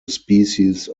species